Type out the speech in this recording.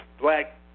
black